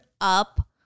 up